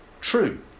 True